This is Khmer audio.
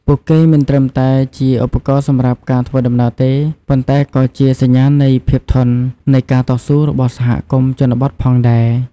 ពួកគេមិនត្រឹមតែជាឧបករណ៍សម្រាប់ការធ្វើដំណើរទេ ប៉ុន្តែក៏ជាសញ្ញានៃភាពធន់និងការតស៊ូរបស់សហគមន៍ជនបទផងដែរ។